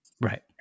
Right